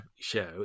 show